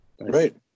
Right